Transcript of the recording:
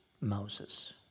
Moses